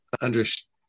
understand